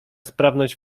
sprawność